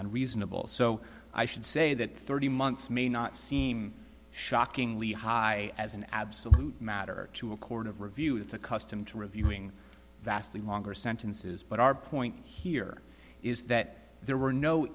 unreasonable so i should say that thirty months may not seem shockingly high as an absolute matter to a court of review it's accustomed to reviewing vastly longer sentences but our point here is that there were no